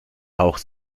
auch